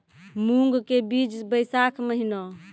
मूंग के बीज बैशाख महीना